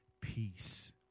peace